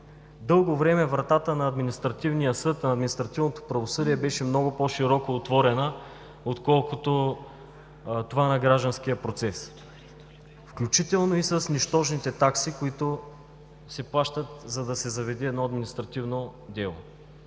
Дълго време вратата на Административния съд на административното правосъдие беше много по-широко отворена отколкото това на гражданския процес, включително и с нищожните такси, които се плащат, за да се заведе едно административно дело.